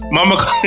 Mama